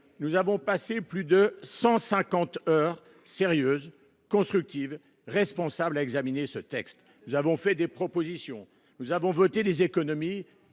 nous avons passé plus de 150 heures sérieuses, constructives, responsables, à examiner ce texte. Nous avons fait des propositions, nous avons voté des économies.